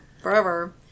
Forever